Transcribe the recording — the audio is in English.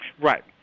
Right